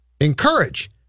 encourage